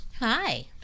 Hi